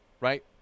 right